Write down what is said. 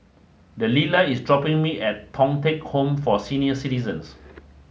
Delila is dropping me off at Thong Teck Home for Senior Citizens